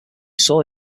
saw